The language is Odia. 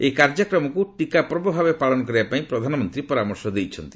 ଏହି କାର୍ଯ୍ୟକ୍ରମକ୍ତ ଟିକା ପର୍ବ ଭାବେ ପାଳନ କରିବାପାଇଁ ପ୍ରଧାନମନ୍ତ୍ରୀ ପରାମର୍ଶ ଦେଇଛନ୍ତି